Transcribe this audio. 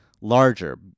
larger